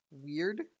Weird